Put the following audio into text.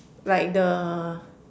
like the